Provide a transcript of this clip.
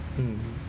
mm